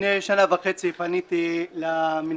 לפני שנה וחצי פניתי לרשות